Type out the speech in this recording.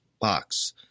box